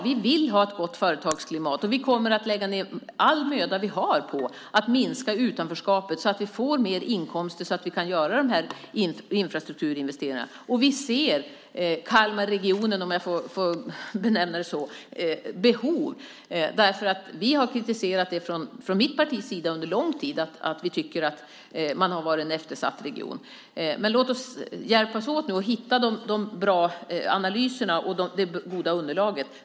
Vi vill ha ett gott företagsklimat, och vi kommer att lägga ned all möda vi kan på att minska utanförskapet så att vi får mer inkomster så att vi kan göra de här infrastrukturinvesteringarna. Vi ser Kalmarregionens, om jag får benämna den så, behov. Vi har kritiserat detta från mitt partis sida under lång tid, för vi tycker att detta har varit en eftersatt region. Låt oss nu hjälpas åt med att hitta de bra analyserna och det goda underlaget.